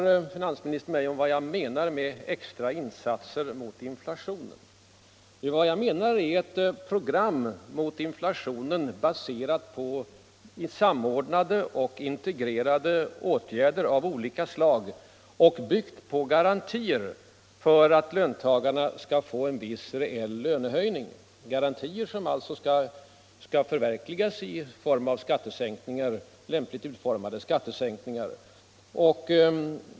Finansministern frågade mig vad jag menar med extra insatser mot inflationen. Jag menar ett program mot inflationen, baserat på samordnade och integrerade åtgärder av olika slag och byggt på garantier för att löntagarna skall få en viss reell lönehöjning, garantier som alltså skall förverkligas i form av lämpligt utformade skattesänkningar.